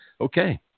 okay